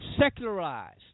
secularized